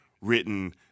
written